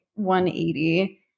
180